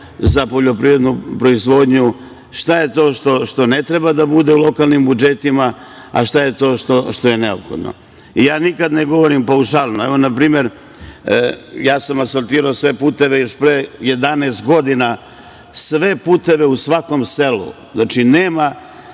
za poljoprivrednu proizvodnju, šta je to što ne treba da bude u lokalnim budžetima, a šta je to što je neophodno. Nikad ne govorim paušalno. Evo, na primer, ja sam asfaltirao sve puteve još pre 11 godina, sve puteve u svakom selu. Znači, nema